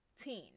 teen